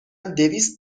دویست